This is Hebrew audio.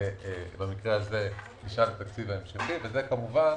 במקרה הזה לשנת התקציב ההמשכי, וזה כמובן